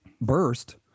burst